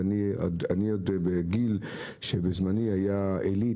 ואני עוד בגיל שבזמני היה את עלית,